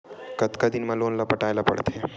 कतका दिन मा लोन ला पटाय ला पढ़ते?